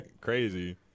crazy